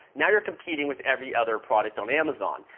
now you are competing with every other product on amazon.